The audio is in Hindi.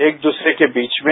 एक दूसरे के बीच में